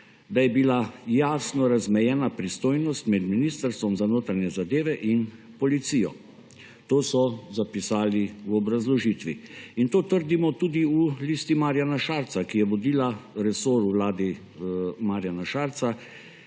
Da je bila jasno razmejena pristojnost med Ministrstvom za notranje zadeve in policijo. To so zapisali v obrazložitvi. In to trdimo tudi v Listi Marjana Šarca, ki je vodila resor v vladi Marjana Šarca.